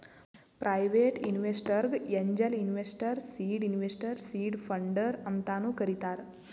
private ಇನ್ವೆಸ್ಟರ್ಗ angel investor, seed investor, seed funder ಅಂತಾನು ಕರಿತಾರ್